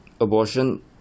abortion